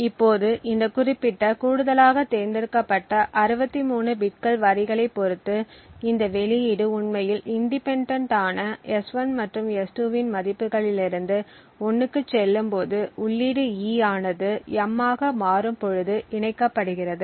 இப்போது இந்த குறிப்பிட்ட கூடுதலாக தேர்ந்தெடுக்கப்பட்ட 63 பிட்கள் வரிகளைப் பொறுத்து இந்த வெளியீடு உண்மையில் இண்டிபெண்டெண்ட் ஆன S1 மற்றும் S2 இன் மதிப்புகளிலிருந்து 1 க்குச் செல்லும்போது உள்ளீடு E ஆனது M ஆக மாறும் பொழுது இணைக்கப்படுகிறது